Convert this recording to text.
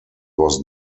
was